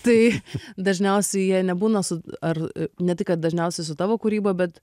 tai dažniausiai jie nebūna su ar ne tai kad dažniausiai su tavo kūryba bet